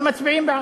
אבל מצביעים בעד.